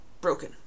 broken